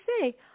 say